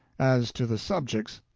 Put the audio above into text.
as to the subjects,